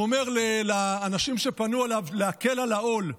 הוא אומר לאנשים שפנו אליו להקל על העול.